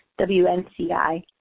WNCI